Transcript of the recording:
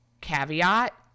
caveat